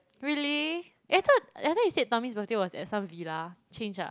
really eh I thought I thought you said Tommy's birthday was at some villa change ah